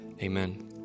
amen